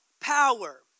power